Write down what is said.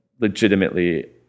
legitimately